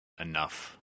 enough